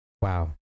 Wow